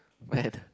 man